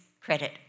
credit